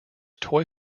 toy